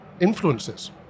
influences